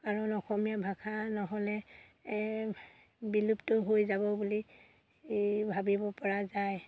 কাৰণ অসমীয়া ভাষা নহ'লে বিলুপ্ত হৈ যাব বুলি এই ভাবিব পৰা যায়